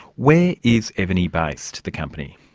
where is evony based, the company?